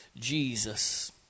Jesus